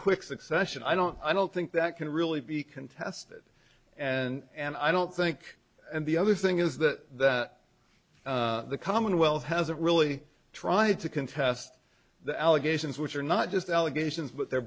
quick succession i don't i don't think that can really be contested and i don't think and the other thing is that the commonwealth hasn't really tried to contest the allegations which are not just allegations but they're